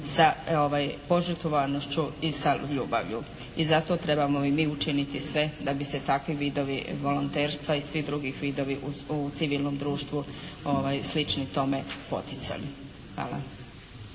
sa požrtvovanošću i sa ljubavlju. I zato trebamo i mi učiniti sve da bi se takvi vidovi volonterstva i svi drugi vidovi u civilnom društvu slični tome poticali. Hvala.